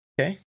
Okay